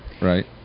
Right